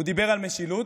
הוא דיבר על משילות,